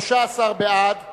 את